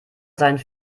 seinen